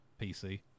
PC